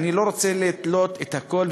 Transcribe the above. אני לא רוצה לתלות את הכול,